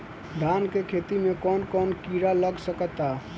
धान के खेती में कौन कौन से किड़ा लग सकता?